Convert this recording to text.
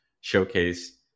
showcase